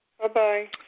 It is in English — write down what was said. Bye-bye